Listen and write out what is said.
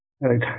Right